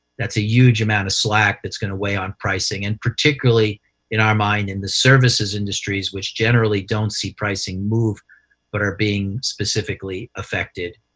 that's a huge amount of slack that's going to weigh on pricing, and particularly in our mind in the services industries, which generally don't see pricing move but are being specifically affected